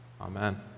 amen